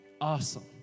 Awesome